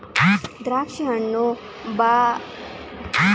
ದ್ರಾಕ್ಷಿ ಹಣ್ಣು ಬಾರ್ಬಡೋಸಿನಲ್ಲಿ ಹುಟ್ಟಿದ ಸಿಟ್ರಸ್ ಹೈಬ್ರಿಡ್ ಆಗಿದೆ